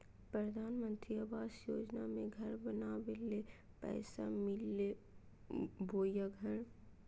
प्रधानमंत्री आवास योजना में घर बनावे ले पैसा मिलते बोया घर?